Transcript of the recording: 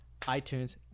iTunes